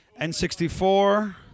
N64